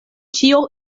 ĉio